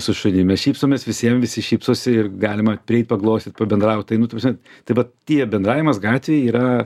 su šunim mes šypsomės visiem visi šypsosi ir galima prieit paglostyt pabendraut tai nu tai vat tie bendravimas gatvėj yra